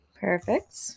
Perfect